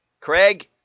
Craig